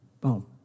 Boom